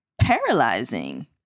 paralyzing